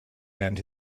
and